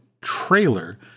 trailer